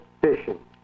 fishing